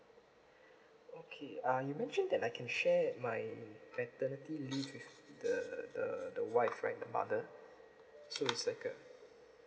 okay uh you mentioned that I can share my paternity leave with the the the wife right the mother so is like a